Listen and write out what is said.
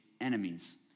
enemies